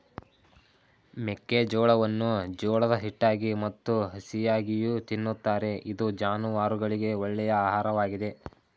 ಮೆಕ್ಕೆಜೋಳವನ್ನು ಜೋಳದ ಹಿಟ್ಟಾಗಿ ಮತ್ತು ಹಸಿಯಾಗಿಯೂ ತಿನ್ನುತ್ತಾರೆ ಇದು ಜಾನುವಾರುಗಳಿಗೆ ಒಳ್ಳೆಯ ಆಹಾರವಾಗಿದೆ